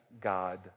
God